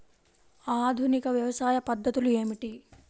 ఆధునిక వ్యవసాయ పద్ధతులు ఏమిటి?